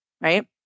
right